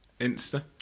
Insta